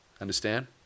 Understand